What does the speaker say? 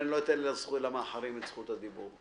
אבל לא אתן למאחרים את זכות הדיבור.